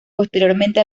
posteriormente